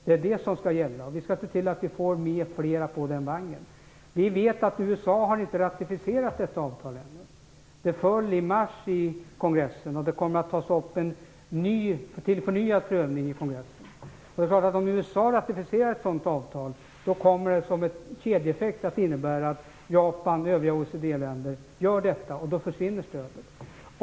Det är det som skall gälla. Vi skall se till att vi får med fler på den vagnen. Vi vet att USA inte har ratificerat detta avtal ännu. Det föll i mars i kongressen. Det kommer att tas upp till förnyad prövning i kongressen. Om USA ratificerar ett sådant avtal kommer det som en kedjeeffekt att innebära att Japan och övriga OECD-länder gör det, och då försvinner stödet.